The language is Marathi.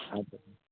अच्छा